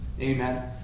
Amen